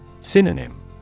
Synonym